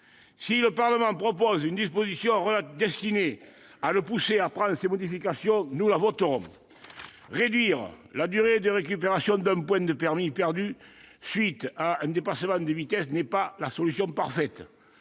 si le Parlement propose une disposition destinée à le pousser à prendre ces modifications, nous la voterons ! Réduire la durée de récupération d'un point de permis perdu à la suite d'un dépassement de vitesse n'est pas la solution parfaite,